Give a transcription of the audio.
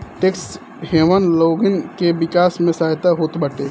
tax haven लोगन के विकास में सहायक होत बाटे